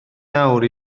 nawr